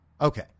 Okay